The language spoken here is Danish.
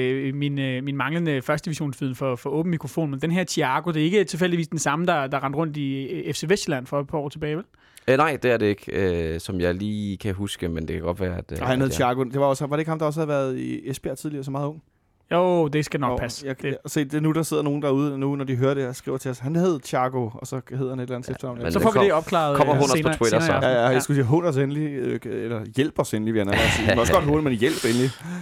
Øh, min, øh, min manglende 1. divisionsviden for- for åben mikrofon, men den her Thiago, det er ikke tilfældigvis den samme, der- der rendte rundt i, øh, FC Vestsjælland for et par år tilbage, vel? Eh, nej, det er det ikke, øh, som jeg lige kan huske, men det kan godt være, at, øh, Og han at hedder jeg- Thiago. Det var også- var det ikke ham, der også havde været i Esbjerg tidligere, som meget ung? Jo, det skal nok Nå, passe. jeg- Det- jeg- se, det er nu, der sidder nogen derude nu, når de hører det her, skriver til os, "Han hed Thiago", og så hedder han et eller andet Ja, til efternavn, ja. men Så det får vi kom- det opklaret, kommer øh, hån os på senere- Twitter, senere i så. aften. Ja, ja, jeg Ja. skulle sige, hån os endelig, øh, eller hjælp os endelig, vil jeg nærmere sige. Vi må også godt håne, men hjælp endelig.